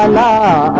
ah la